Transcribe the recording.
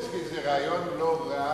זה רעיון לא רע,